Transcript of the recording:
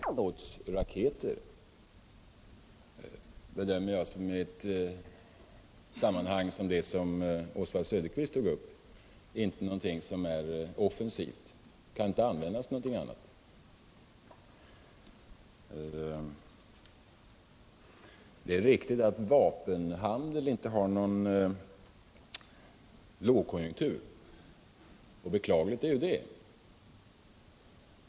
Herr talman! Jag skall efterkomma den framförda önskan att ge ett exempel på raketer och ammunition som kan bedömas vara offensiva resp. defensiva. För att ta ett exempel på defensiva raketer bedömer jag antiubåtsraketer som något i det sammanhang som Oswald Söderqvist tog upp inte offensivt. De kan inte användas till något annat ändamål än det avsedda. Det är riktigt att vapenhandeln inte har någon lågkonjunktur, och det är ju beklagligt.